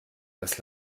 das